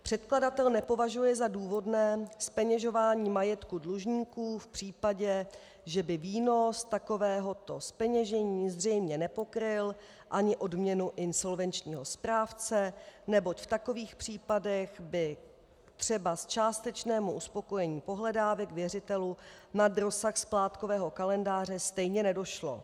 Předkladatel nepovažuje za důvodné zpeněžování majetku dlužníků v případě, že by výnos takovéhoto zpeněžení zřejmě nepokryl ani odměnu insolvenčního správce, neboť v takových případech by třebas k částečnému uspokojení pohledávek věřitelů nad rozsah splátkového kalendáře stejně nedošlo.